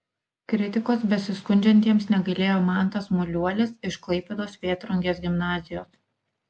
kritikos besiskundžiantiems negailėjo mantas muliuolis iš klaipėdos vėtrungės gimnazijos